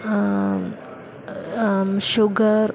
sugar